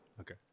Okay